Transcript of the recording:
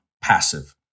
passive